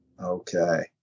okay